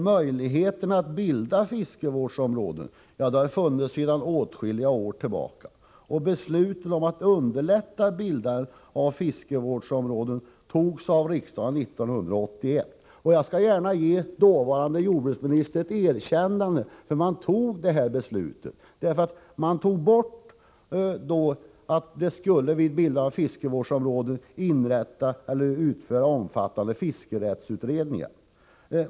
Möjligheterna att bilda fiskevårdsområden har funnits sedan åtskilliga år tillbaka, och beslut om att underlätta bildande av fiskevårdsområden togs av riksdagen 1981. Jag vill gärna ge dåvarande jordbruksministern ett erkännande för det beslutet. Då tog man bort att det vid bildande av fiskevårdsområde skulle utföras en omfattande fiskerättsutredning.